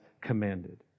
commanded